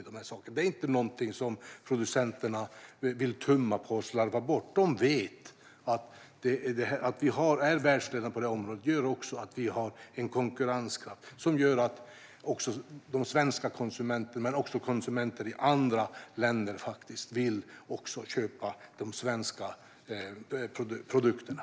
Det är inte någonting som producenterna vill tumma på och slarva bort. De vet att vi är världsledande på det här området och att vi därmed har en konkurrenskraft som gör att de svenska konsumenterna men också konsumenter i andra länder vill köpa de svenska produkterna.